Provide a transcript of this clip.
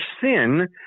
sin